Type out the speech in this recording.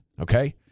okay